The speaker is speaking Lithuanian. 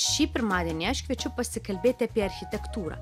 šį pirmadienį aš kviečiu pasikalbėt apie architektūrą